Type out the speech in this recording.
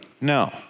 No